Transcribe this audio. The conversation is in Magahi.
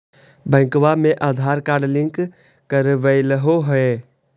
बैंकवा मे आधार कार्ड लिंक करवैलहो है?